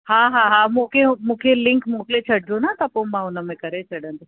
हा हा हा मोकिलियो मूंखे लिंक मोकिले छॾिजो न त पोइ हुन में करे छॾंदसि